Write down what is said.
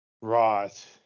Right